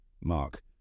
Mark